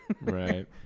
Right